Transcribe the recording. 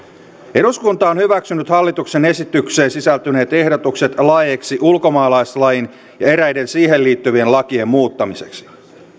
eduskunta on hyväksynyt hallituksen esitykseen sisältyneet ehdotukset laeiksi ulkomaalaislain ja eräiden siihen liittyvien lakien muuttamiseksi